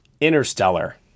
Interstellar